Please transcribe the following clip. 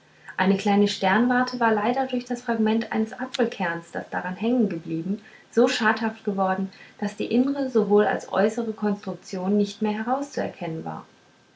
eine kleine sternwarte war leider durch das fragment eines apfelkerns das daran hängengeblieben so schadhaft geworden daß die innere sowohl als äußere konstruktion nicht mehr herauszuerkennen war